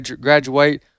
graduate